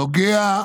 שנוגע,